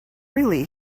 really